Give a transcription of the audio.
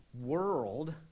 world